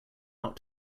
not